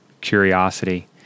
curiosity